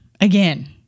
again